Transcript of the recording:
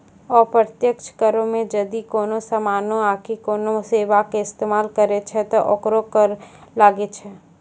अप्रत्यक्ष करो मे जदि कोनो समानो आकि कोनो सेबा के इस्तेमाल करै छै त ओकरो कर लागै छै